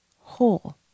whole